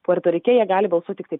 poerto rike jie gali balsuot tiktai